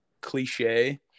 cliche